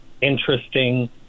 interesting